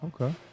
Okay